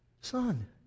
son